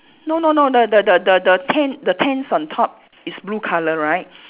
no no no the the the the tent the tents on top is blue colour right